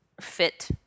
fit